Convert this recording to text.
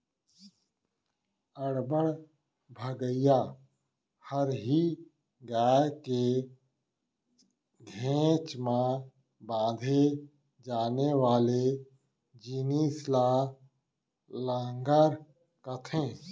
अब्बड़ भगइया हरही गाय के घेंच म बांधे जाने वाले जिनिस ल लहँगर कथें